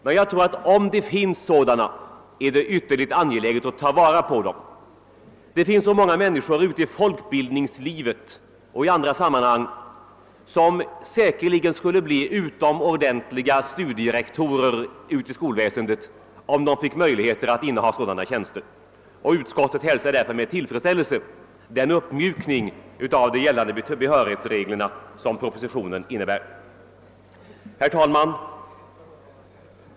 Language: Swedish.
Men om det finns sådana, är det ytterligt angeläget att ta vara på dem. Det kan finnas många människor ute i folkbildningslivet och i andra sammanhang som säkerligen skulle bli utomordentliga studierektorer i skolväsendet om de finge möjlighet att inneha sådana tjänster. Utskottet hälsar därför med tillfredsställelse den uppmjukning av gällande behörighetsregler som propositionen innebär. Herr talman!